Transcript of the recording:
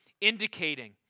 indicating